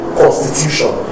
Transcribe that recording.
constitution